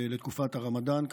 לתקופת הרמדאן,